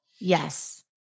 Yes